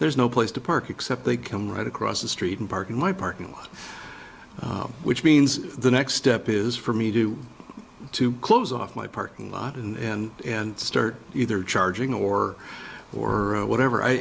there's no place to park except they come right across the street and parking my parking lot which means the next step is for me to do to close off my parking lot and and start either charging or or whatever i